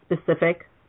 Specific